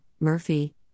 Murphy